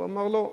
הוא אמר: לא.